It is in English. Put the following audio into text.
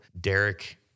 Derek